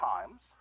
Times